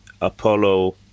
apollo